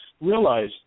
realize